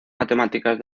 matemáticas